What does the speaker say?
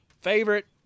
Favorite